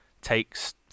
takes